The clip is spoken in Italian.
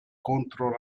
contro